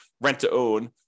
rent-to-own